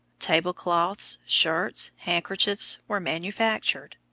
tablecloths, shirts, handkerchiefs, were manufactured.